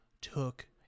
took